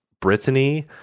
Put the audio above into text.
Brittany